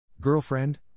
Girlfriend